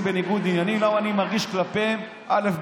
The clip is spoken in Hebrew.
בניגוד עניינים כי אני מרגיש כלפיהם א',